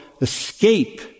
escape